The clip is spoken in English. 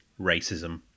racism